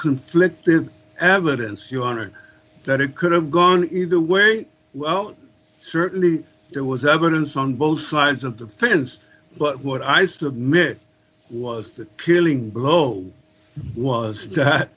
conflicted evidence you honor that it could have gone either way well certainly there was evidence on both sides of the fence but what i submit was the killing blow was